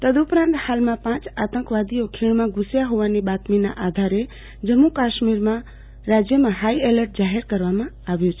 તદઉપરાંત હાલમાં પાંચ આંતકવાદીઓ ખીણમાં ધુસ્યા હોવાની બાતમીના આધારે જમ્મુ કાશ્મીર રાજયમાં ફાઈએલર્ટ જાહેર કરવામાં આવ્યુ છે